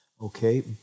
Okay